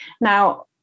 Now